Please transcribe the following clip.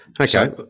Okay